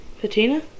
Patina